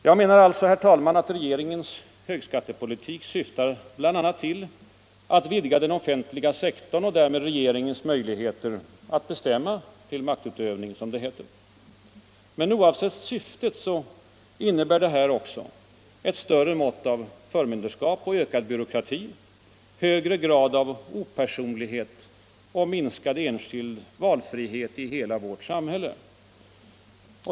Jag menar alltså, herr talman, att regeringens högskattepolitik bl.a. syftar till att vidga den offentliga sektorn och därmed regeringens möj ligheter att bestämma — till maktutövning, som det heter. Men oavsett syftet innebär detta också ett större mått av förmynderskap och ökad byråkrati, högre grad av opersonlighet och minskad enskild valfrihet i hela vårt samhälle.